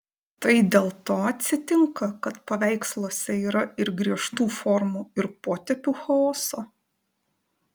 tai dėl to atsitinka kad paveiksluose yra ir griežtų formų ir potėpių chaoso